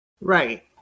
Right